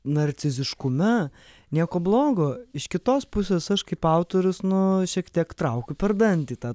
narciziškume nieko blogo iš kitos pusės aš kaip autorius nu šiek tiek traukiu per dantį tą